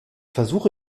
versuche